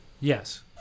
Yes